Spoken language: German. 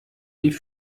die